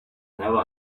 never